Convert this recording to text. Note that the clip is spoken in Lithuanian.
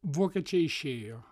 vokiečiai išėjo